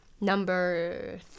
number